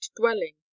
dwelling